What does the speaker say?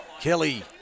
Kelly